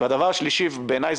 הדבר השלישי בעיניי,